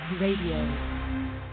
Radio